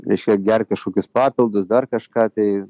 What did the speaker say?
reiškia gert kažkokius papildus dar kažką tai